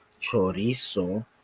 chorizo